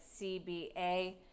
CBA